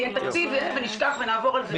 כי אין תקציב אז נשכח ונעבור על זה.